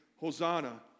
Hosanna